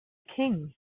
king